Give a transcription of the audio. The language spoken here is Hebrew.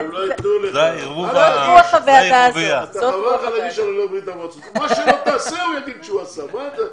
אנחנו כבר נעשה את זה עבורם.